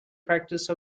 practice